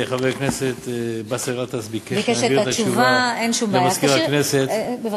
חבר הכנסת באסל גטאס ביקש להעביר את התשובה למזכיר הכנסת.